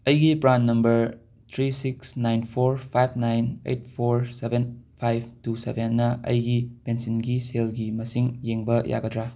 ꯑꯩꯒꯤ PRAN number three six nine four five nine eight four seven five two ꯁꯕꯦꯟꯅ ꯑꯩꯒꯤ ꯄꯦꯟꯁꯤꯟꯒꯤ ꯁꯦꯜꯒꯤ ꯃꯁꯤꯡ ꯌꯦꯡꯕ ꯌꯥꯒꯗ꯭ꯔꯥ